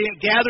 gather